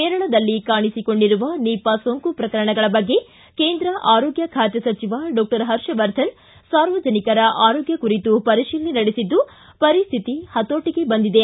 ಕೇರಳದಲ್ಲಿ ಕಾಣಿಸಿಕೊಂಡಿರುವ ನಿಪಾ ಸೋಂಕು ಪ್ರಕರಣಗಳ ಬಗ್ಗೆ ಕೇಂದ್ರ ಆರೋಗ್ಯ ಖಾತೆ ಸಚಿವ ಡಾಕ್ಷರ್ ಹರ್ಷವರ್ಧನ್ ಸಾರ್ವಜನಿಕರ ಆರೋಗ್ಯ ಕುರಿತು ಪರಿಶೀಲನೆ ನಡೆಸಿದ್ದು ಪರಿಸ್ತಿತಿ ಹತೋಟಗೆ ಬಂದಿದೆ